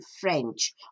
French